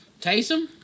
Taysom